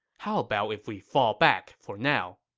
how about if we fall back for now?